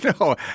No